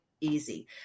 easy